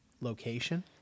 location